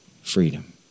Freedom